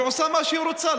ועושה מה שהיא רוצה.